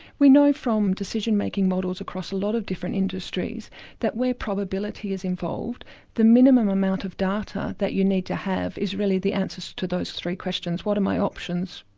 we know from decision making models across a lot of different industries that where probability is involved the minimum amount of data that you need to have is really the answers to those three questions. what are my options?